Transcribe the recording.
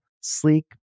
sleek